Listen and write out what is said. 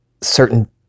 certain